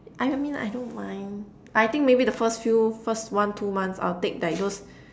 I I mean I don't mind I think maybe the first few first one two months I'll take like those